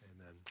Amen